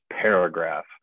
paragraph